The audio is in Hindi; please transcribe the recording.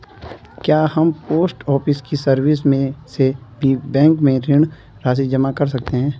क्या हम पोस्ट ऑफिस की सर्विस से भी बैंक में ऋण राशि जमा कर सकते हैं?